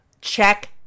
check